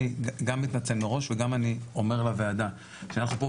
אני גם מתנצל מראש וגם אני אומר לוועדה שאנחנו פה,